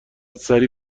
سریع